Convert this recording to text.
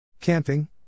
Camping